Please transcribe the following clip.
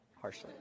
harshly